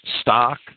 stock